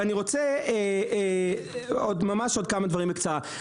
ואני רוצה ממש עוד כמה דברים בקצרה.